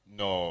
no